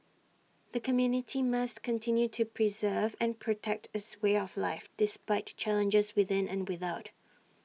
the community must continue to preserve and protect its way of life despite challenges within and without